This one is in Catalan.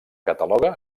cataloga